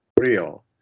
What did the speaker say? real